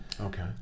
Okay